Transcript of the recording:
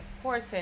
important